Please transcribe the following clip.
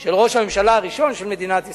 של ראש הממשלה הראשון של מדינת ישראל.